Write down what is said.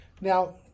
now